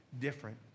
different